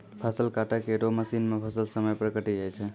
फसल काटै केरो मसीन सें फसल समय पर कटी जाय छै